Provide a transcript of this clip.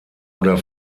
oder